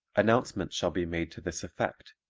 announcement shall be made to this effect,